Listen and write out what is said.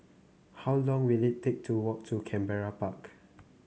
how long will it take to walk to Canberra Park